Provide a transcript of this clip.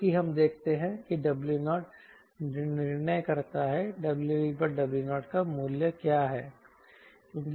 क्योंकि हम देखते हैं कि W0 निर्णय करता है We W0 का मूल्य क्या है